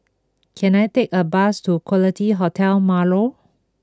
can I take a bus to Quality Hotel Marlow